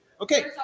Okay